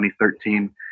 2013